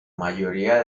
mayoría